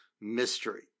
mystery